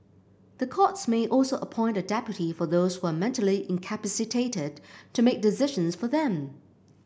the courts may also appoint a deputy for those who are mentally incapacitated to make decisions for them